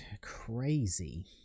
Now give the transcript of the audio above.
crazy